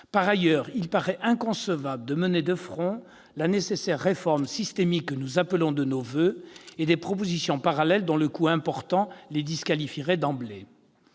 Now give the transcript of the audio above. Par ailleurs, il paraît inconcevable de mener de front la nécessaire réforme systémique que nous appelons de nos voeux et des propositions parallèles dont le coût important les disqualifierait d'emblée.